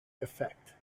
effect